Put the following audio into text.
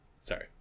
Sorry